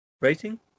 Rating